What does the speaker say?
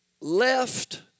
left